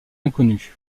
inconnu